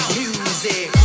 music